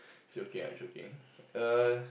joking ah joking err